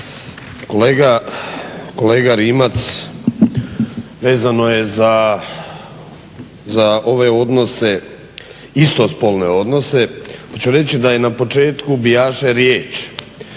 kolega Rimac vezano je za ove odnose, istospolne odnose. Pa ću reći da je "Na početku bijaše riječ",